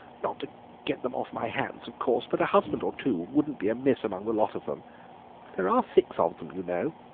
not to get them off my hands, of course, but a husband or two wouldn't be amiss among the lot of them there are six of them, you know.